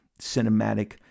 Cinematic